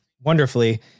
wonderfully